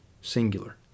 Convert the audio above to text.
singular